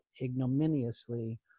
ignominiously